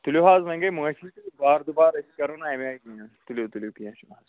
تُلِو حظ وۄنۍ گٔیے معٲفی تہٕ باردُبارٕ أسۍ کَرو نہٕ اَمہِ آے کِہیٖنۍ تُلِو کینٛہہ چھُنہٕ مَسلہٕ